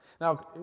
Now